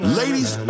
ladies